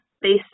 based